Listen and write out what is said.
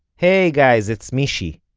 hey guys, it's mishy.